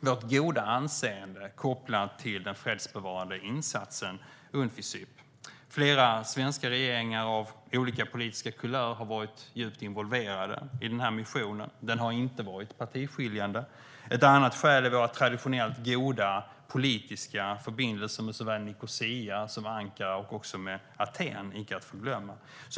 vårt goda anseende kopplat till den fredsbevarande insatsen Unficyp. Flera svenska regeringar av olika politiska kulörer har varit djupt involverade i missionen. Den har inte varit partiskiljande. Ytterligare ett skäl är våra traditionellt goda politiska förbindelser med såväl Nicosia som Ankara och också Aten, inte att förglömma.